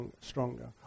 stronger